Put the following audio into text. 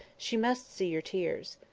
she must see your tears.